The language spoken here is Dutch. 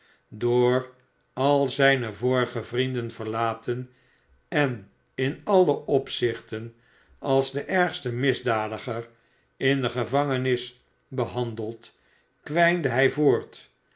door al zijne vorige vrienden verlaten en in alle opzichten als de ergste misdadiger in de gevangenis behandeld kwijnde hij voort